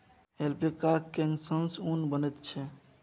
ऐल्पैकाक केससँ ऊन बनैत छै